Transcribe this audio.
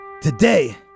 Today